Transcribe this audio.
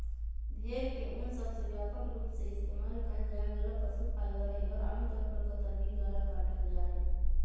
भेड़ के ऊन सबसे व्यापक रूप से इस्तेमाल कइल जाये वाला पशु फाइबर हई, और आमतौर पर कतरनी द्वारा काटल जाहई